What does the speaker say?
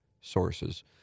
sources